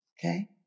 okay